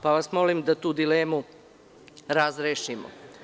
Pa vas molim da tu dilemu razrešimo.